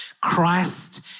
Christ